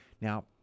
Now